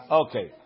okay